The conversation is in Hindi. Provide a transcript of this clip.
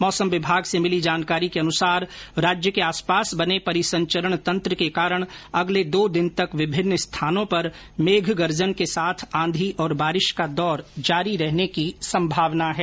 मौसम विभाग से मिली जानकारी के अनुसार राज्य के आसपास बने परिसंचरण तंत्र के कारण अगले दो दिन तक विभिन्न स्थानों पर मेघ गर्जन के साथ आंधी और बारिश का दौर जारी रहने की संभावना है